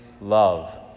love